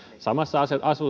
samassa